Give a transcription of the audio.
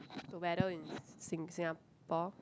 the weather in Sing~ Singapore